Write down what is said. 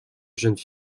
jeune